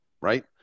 right